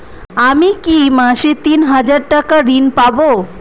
আমি কি মাসে তিন হাজার টাকার ঋণ পাবো?